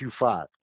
Q5